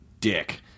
dick